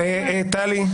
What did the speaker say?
טלי?